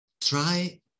Try